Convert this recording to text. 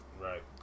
Right